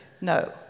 No